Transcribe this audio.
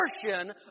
portion